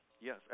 Yes